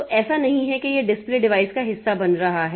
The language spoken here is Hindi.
तो ऐसा नहीं है कि यह डिस्प्ले डिवाइस का हिस्सा बन रहा है